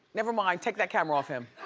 never mind, take that camera off him.